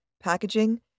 packaging